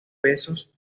pesos